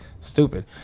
stupid